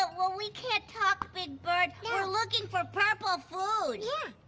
but, well, we can't talk big bird. yeah. we're looking for purple food. yeah.